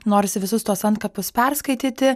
norisi visus tuos antkapius perskaityti